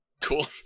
Cool